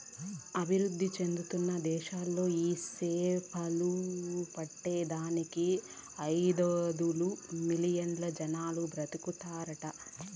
అభివృద్ధి చెందుతున్న దేశాలలో ఈ సేపలు పట్టే దానికి ఐదొందలు మిలియన్లు జనాలు బతుకుతాండారట